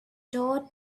door